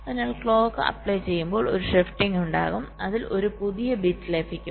അതിനാൽ clock apply ചെയ്യുമ്പോൾ ഒരു ഷിഫ്റ്റിംഗ് ഉണ്ടാകും അതിൽ ഒരു പുതിയ ബിറ്റ് ലഭിക്കും